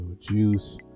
juice